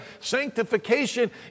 Sanctification